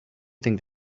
think